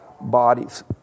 bodies